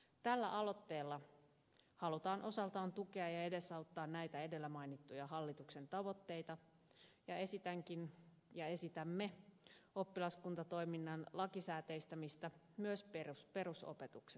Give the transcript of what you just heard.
tällä aloitteella halutaan osaltaan tukea ja edesauttaa näitä edellä mainittuja hallituksen tavoitteita ja esitänkin ja esitämme oppilaskuntatoiminnan lakisääteistämistä myös perusopetuksessa